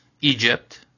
Egypt